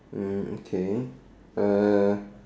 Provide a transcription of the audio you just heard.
okay